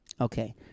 Okay